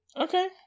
Okay